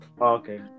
Okay